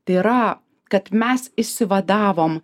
tai yra kad mes išsivadavom